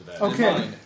Okay